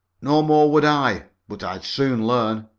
no more would i, but i'd soon learn.